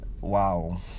wow